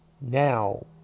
now